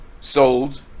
sold